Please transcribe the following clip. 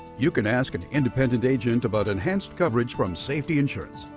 you can ask an independent agent about enhanced coverage from safety insurance.